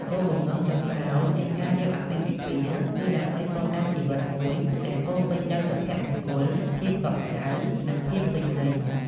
គោលបំណងចុងក្រោយនៃការរៀបអាពាហ៍ពិពាហ៍ គឺដើម្បីកសាងជីវិតមួយដែលពោរពេញដោយសុភមង្គល ភាពកក់ក្តៅ និងភាពពេញលេញ។